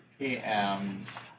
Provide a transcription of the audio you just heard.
PMs